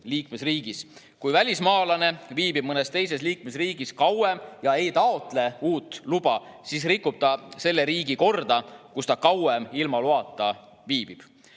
liikmesriigis. Kui välismaalane viibib mõnes teises liikmesriigis kauem ega taotle uut luba, siis rikub ta selle riigi korda, kus ta kauem ilma loata viibib.